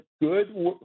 good